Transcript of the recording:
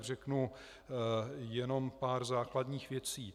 Řeknu tedy jenom pár základních věcí.